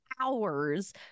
hours